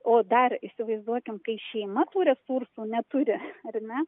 o dar įsivaizduokim kai šeima tų resursų neturi ar ne